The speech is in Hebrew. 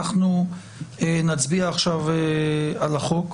אנחנו נצביע עכשיו על החוק,